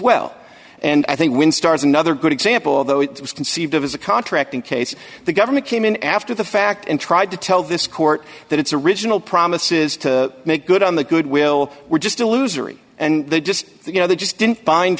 well and i think when stars another good example although it was conceived of as a contract in case the government came in after the fact and tried to tell this court that its original promises to make good on the good will were just illusory and they just you know they just didn't find